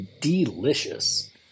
delicious